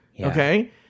okay